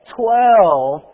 twelve